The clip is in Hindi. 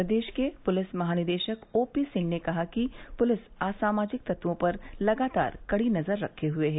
प्रदेश के पुलिस महानिदेशक ओ पी सिंह ने कहा कि पुलिस असामाजिक तत्वों पर लगातार कड़ी नजर रखे हुए है